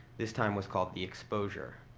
this time was called the exposure.